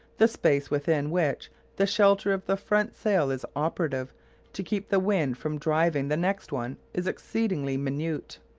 the space within which the shelter of the front sail is operative to keep the wind from driving the next one is exceedingly minute.